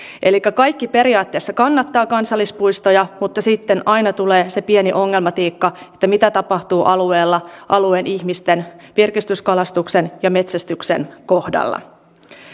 elikkä kaikki periaatteessa kannattavat kansallispuistoja mutta sitten aina tulee se pieni ongelmatiikka että mitä tapahtuu alueella alueen ihmisten virkistyskalastuksen ja metsästyksen kohdalla